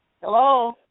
Hello